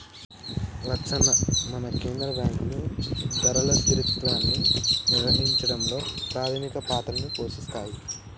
లచ్చన్న మన కేంద్ర బాంకులు ధరల స్థిరత్వాన్ని నిర్వహించడంలో పాధమిక పాత్రని పోషిస్తాయి